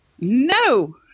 No